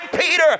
Peter